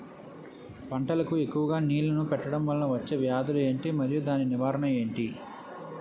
పంటలకు ఎక్కువుగా నీళ్లను పెట్టడం వలన వచ్చే వ్యాధులు ఏంటి? మరియు దాని నివారణ ఏంటి?